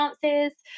chances